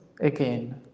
again